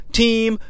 team